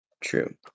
true